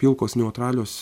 pilkos neutralios